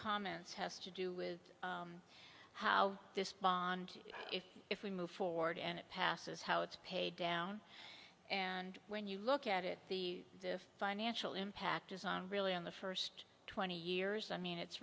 comments has to do with how this bond if if we move forward and it passes how it's paid down and when you look at it the financial impact is on really on the first twenty years i mean it's